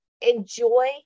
Enjoy